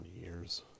years